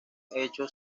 hecho